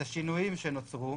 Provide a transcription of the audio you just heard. את השינויים שנוצרו,